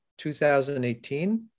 2018